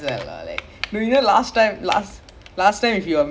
no because he he uh like like he like no because he like the